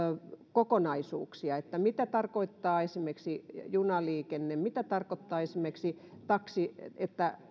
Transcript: kokonaisuuksia mitä tarkoittaa esimerkiksi junaliikenne mitä tarkoittaa esimerkiksi että